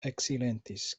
eksilentis